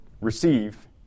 receive